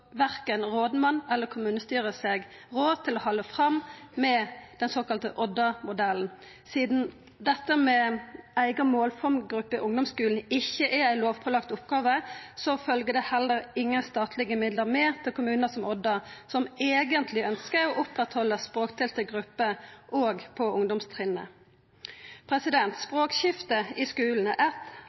verken rådmann eller kommunestyre seg råd til å halda fram med den såkalla Odda-modellen. Sidan dette med ei eiga målformgruppe i ungdomsskulen ikkje er ei lovpålagd oppgåve, følgjer det heller ingen statlege midlar med til kommunar som Odda, som eigentleg ønskjer å halde fram med språkdelte grupper òg på ungdomstrinnet. Språkskiftet i skulen er eitt